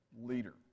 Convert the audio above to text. leader